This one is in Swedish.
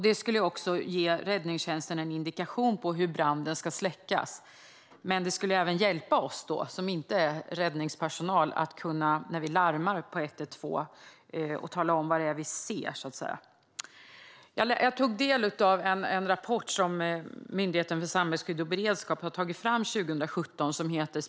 Det skulle ge räddningstjänsten en indikation om hur branden ska släckas, men det skulle även hjälpa oss som inte är räddningspersonal när vi larmar på 112 att kunna tala om vad vi ser. Jag tog del av en rapport som Myndigheten för samhällsskydd och beredskap tog fram 2017 som heter Brand i moderna bilar.